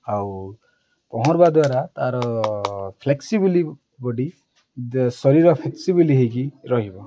ଆଉ ପହଁରିବା ଦ୍ୱାରା ତାର ଫ୍ଲେକ୍ସିବିଲ ବଡ଼ି ଶରୀର ଫ୍ଲେକ୍ସିବିଲ ହେଇକି ରହିବ